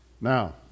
Now